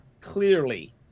clearly